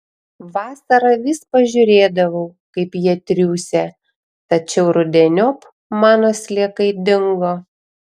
vasarą vis pažiūrėdavau kaip jie triūsia tačiau rudeniop mano sliekai dingo